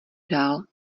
dál